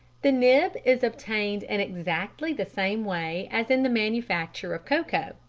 the nib is obtained in exactly the same way as in the manufacture of cocoa,